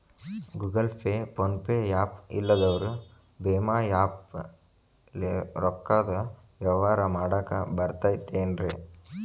Google Pay, PhonePe app ಇಲ್ಲದವರು ಭೇಮಾ app ಲೇ ರೊಕ್ಕದ ವ್ಯವಹಾರ ಮಾಡಾಕ್ ಬರತೈತೇನ್ರೇ?